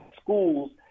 schools